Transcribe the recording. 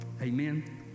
Amen